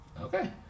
Okay